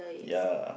ya